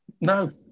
No